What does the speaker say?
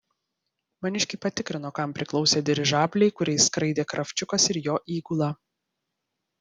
maniškiai patikrino kam priklausė dirižabliai kuriais skraidė kravčiukas ir jo įgula